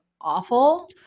awful